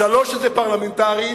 שלוש, שזה פרלמנטרית.